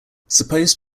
supposed